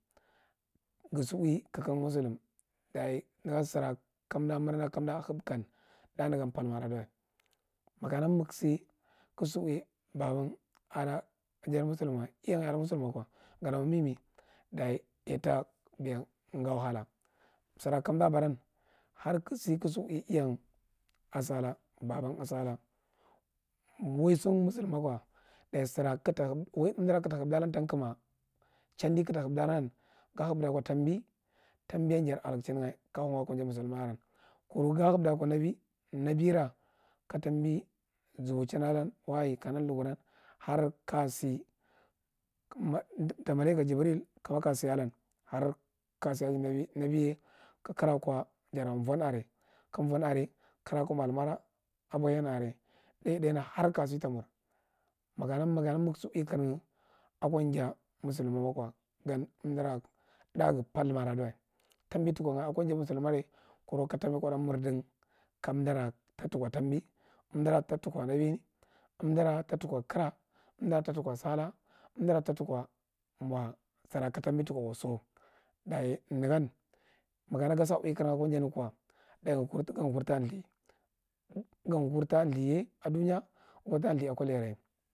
Gusi uwi kakan musilum daye negam sira kan umdu murna ka umda hupdi tana negal parth ma udaduwa, makana magu si kagu si uwi baba ada musilumwa iyan musilum wako gatamo me me daye itabeya gasa wahala, siwa kat umda, abaram har kagu si kasi lwi iyan a sala, baban a sala, waiso musilum mako daye sira kagu tahep uwi umdura kagu tahup dialan tan kuma, chandi kagata hupdalan gata hudu aka tambi tambiyan jati alachinga ako ja musilumma avun kuru ga hupdi aka nabi nabira ka tambi yan subochin odan wahaye ka nan lukuram har kajasi ta mala ika jibril kasi alan har ka si aka mabi nabi ka kira kwa jura vom are, vom areye kira kwa mallum wa are tha thwane har ka si ta mur, ma kana makana ma gusu uwi krigop ako jan musilumma mako thirth ka gan, umdura thath gan parthu ma a diwa tambi tukon ga akon ja musillumma are kuru katambi mirrdin kam umdirata tukwa tambi, umdura takukwa nabi, umdira tatukwa kira, umdira tatuthwa sala, umdira tatukwa mo gira ka tambi tukwaso, daye negan maka na gasa uwi kirga ko jah negate kwa daye gu kirta nthuye ga kurta thay ako duyaye ga kirta thay akoleraye.